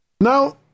Now